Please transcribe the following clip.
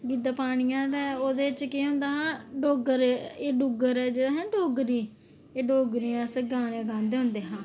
गिद्दा पांदियां हियां तां डुग्ग डुग्गर हा ना एह् डोगरी एह् डोगरी अस गाने गांदे होंदे हे